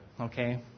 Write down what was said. Okay